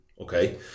Okay